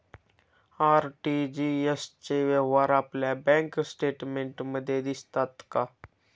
RTGS चे व्यवहार आपल्या बँक स्टेटमेंटमध्ये दिसतात का?